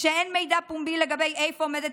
לא ייתכן שאין מידע פומבי לגבי איפה עומדת